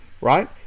right